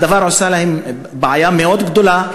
הדבר עושה להם בעיה מאוד גדולה.